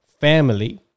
family